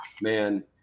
man